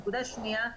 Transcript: נקודה שנייה,